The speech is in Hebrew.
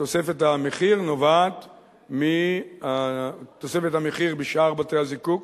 תוספת המחיר נובעת מתוספת המחיר בשער בתי-הזיקוק,